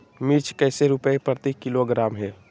मिर्च कैसे रुपए प्रति किलोग्राम है?